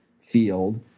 field –